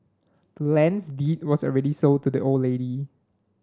land's deed was already sold to the old lady